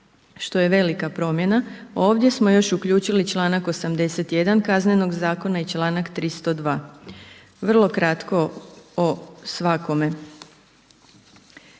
što je velika promjena. Ovdje smo još uključili i članak 81. KZ-a i članak 302. Vrlo kratko o svakome.